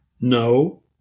no